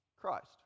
Christ